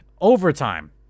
Overtime